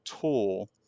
tool